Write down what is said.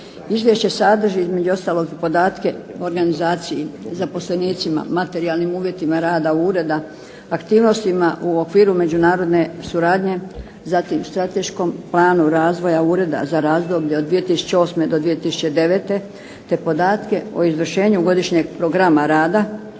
Izvješće sadrži između ostalog i podatke o organizaciji, zaposlenicima, materijalnim uvjetima rada ureda, aktivnostima u okviru međunarodne suradnje, zatim strateškom planu razvoja ureda za razdoblje od 2008. do 2009., te podatke o izvršenju godišnjeg programa rada,